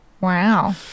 Wow